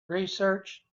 research